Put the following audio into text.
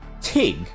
Tig